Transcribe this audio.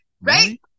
right